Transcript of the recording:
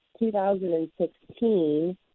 2016